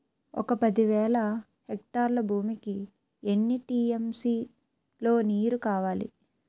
ఒక పది వేల హెక్టార్ల భూమికి ఎన్ని టీ.ఎం.సీ లో నీరు కావాలి?